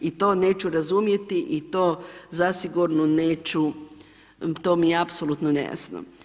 I to neću razumjeti i to zasigurno neću, to mi je apsolutno nejasno.